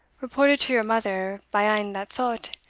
reported to your mother by ane that thought,